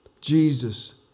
Jesus